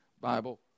Bible